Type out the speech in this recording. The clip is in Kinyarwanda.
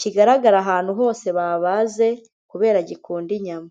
kigaragara ahantu hose babaze, kubera gikunda inyama